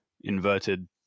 inverted